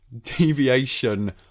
deviation